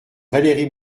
valérie